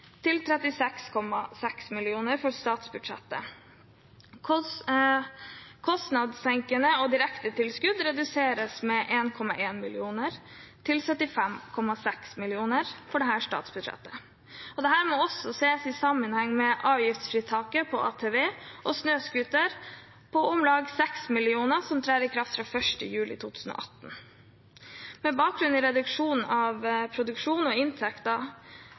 til 36,6 mill. kr. Kostnadssenkende tilskudd og direktetilskudd reduseres med 1,1 mill. kr i statsbudsjettet, til 75,6 mill. kr. Dette må også ses i sammenheng med avgiftsfritaket på ATV og snøscooter på om lag 6 mill. kr, som trer i kraft fra 1. juli 2018. Med bakgrunn i reduksjon av produksjonsinntekter og